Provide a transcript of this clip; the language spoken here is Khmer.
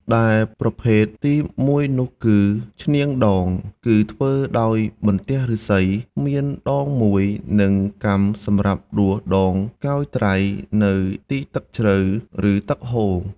ដែលប្រភេទទីមួយនោះគឺ ឈ្នាងដង គឹធ្វើដោយបន្ទះឫស្សីមានដង១ និងកាំសម្រាប់ដួសដងកោយត្រី នៅទីទឹកជ្រៅ ឬទឹកហូរ។